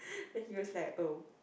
then he was like oh